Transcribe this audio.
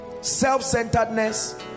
self-centeredness